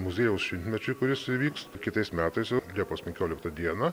muziejaus šimtmečiui kuris įvyks kitais metais jau liepos penkioliktą dieną